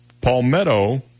Palmetto